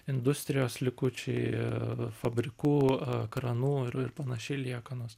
industrijos likučiai fabrikų kranų ir ir panašiai liekanos